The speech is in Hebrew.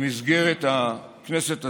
במסגרת הכנסת הזאת,